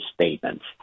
statements